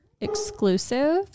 exclusive